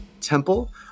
Temple